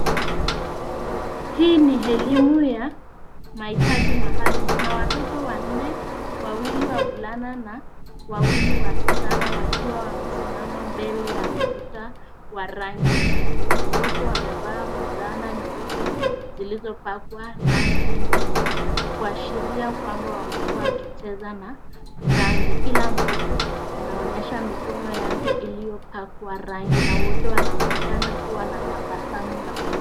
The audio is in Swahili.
Hii ni elimu ya mahitaji maalum. Kuna watoto wanne wawili wavulana na wawili wasichana wakiwa wamesimama mbele ya ukuta wa rangi ya kijivu. Wote wamevaa fulana nyeupe zilizopakwa rangi nyingi, kuashiria kwamba wamekuwa wakicheza na rangi. Kila mtoto anaonyesha mikono yake iliyopakwa rangi na wote wanaonekana kuwa na tabasamu na furaha.